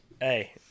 Hey